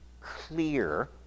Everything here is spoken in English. clear